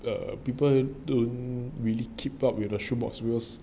the people don't really keep up with the shoe box